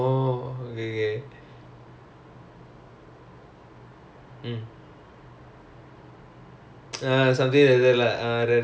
ya சொல்லணும் நான் சொல்றதை வைச்சு எல்லாரும்:sollanum naan solrathai vaichu ellarum guess பண்ணனும் என்ன:pannanum enna emotion so it's same like your similar right like ya I don't like